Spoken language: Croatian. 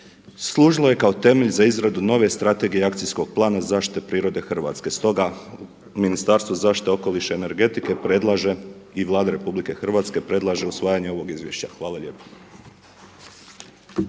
služilo je kao temelj za izradu nove strategije i akcijskog plana zaštite prirode Hrvatske, stoga Ministarstvo zaštite okoliša i energetike predlaže i Vlada RH predlaže usvajanje ovog izvješća. Hvala lijepa.